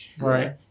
right